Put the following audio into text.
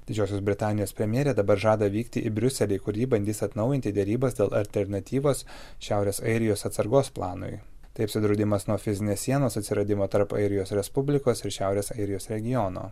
didžiosios britanijos premjerė dabar žada vykti į briuselį kur ji bandys atnaujinti derybas dėl alternatyvos šiaurės airijos atsargos planui tai apsidraudimas nuo fizinės sienos atsiradimo tarp airijos respublikos ir šiaurės airijos regiono